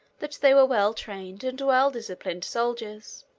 that they were well-trained and well-disciplined soldiers.